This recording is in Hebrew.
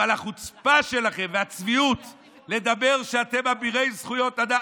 אבל החוצפה שלכם והצביעות לדבר על זה שאתם אבירי זכויות האדם,